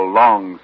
long